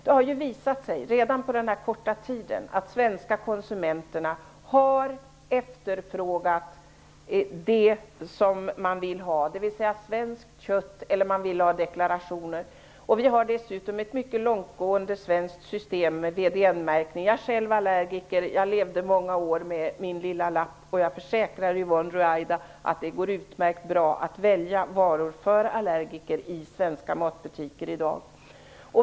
Det har visat sig redan på den här korta tiden att de svenska konsumenterna har efterfrågat det som de vill ha, dvs. svenskt kött eller deklarationer. Vi har dessutom ett mycket långtgående svenskt system med VDN-märkning. Jag är själv allergiker. Jag levde många år med min lilla lapp, och jag försäkrar Yvonne Ruwaida att det går utmärkt bra att välja varor för allergiker i svenska matbutiker i dag.